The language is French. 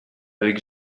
avec